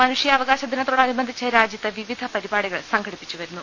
മനുഷ്യവകാശ ദിനത്തോനു്ബന്ധിച്ച് രാജ്യത്ത് വിവിധ പരിപാടികൾ സംഘടിപ്പി ച്ചുവരുന്നു